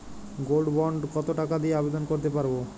Gold bond কত টাকা দিয়ে আবেদন করতে পারবো?